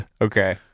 Okay